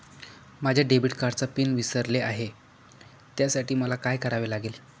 माझ्या डेबिट कार्डचा पिन विसरले आहे त्यासाठी मला काय करावे लागेल?